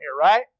right